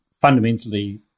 fundamentally